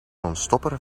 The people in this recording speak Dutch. ontstopper